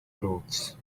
clothes